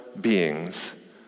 beings